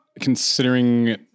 Considering